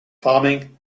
farming